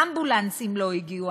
אמבולנסים לא הגיעו.